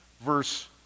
Verse